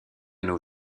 nos